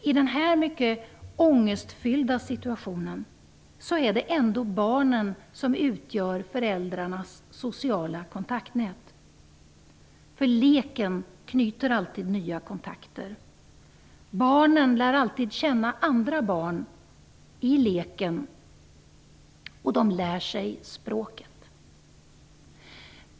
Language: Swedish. I den mycket ångestfyllda situationen är det ändå barnen som utgör föräldrarnas sociala kontaktnät. I leken knyts alltid nya kontakter. Barnen lär alltid känna andra barn i leken, och de lär sig språket.